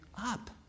up